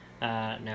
Now